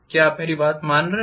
क्या आप मेरी बात मान रहे हैं